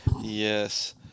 Yes